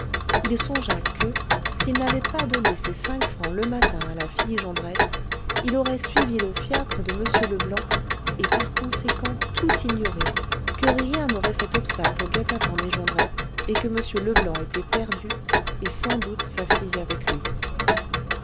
il songea que s'il n'avait pas donné ses cinq francs le matin à la fille jondrette il aurait suivi le fiacre de m leblanc et par conséquent tout ignoré que rien n'aurait fait obstacle au guet-apens des jondrette et que m leblanc était perdu et sans doute sa fille avec lui